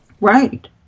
Right